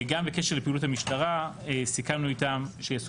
גם בקשר לפעילות המשטרה סיכמנו איתם שיעשו